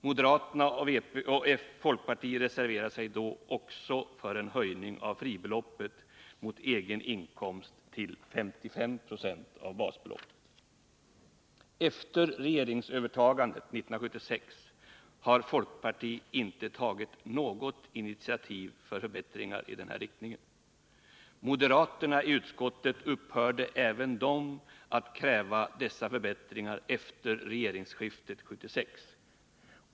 Moderaterna och folkpartiet reserverade sig då också för en Efter regeringsövertagandet 1976 har folkpartiet inte tagit något initiativ till förbättringar i den här riktningen. Moderaterna i utskottet upphörde även de att kräva dessa förbättringar efter regeringsskiftet 1976.